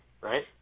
right